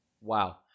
Wow